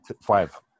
five